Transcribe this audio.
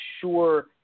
sure